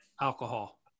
alcohol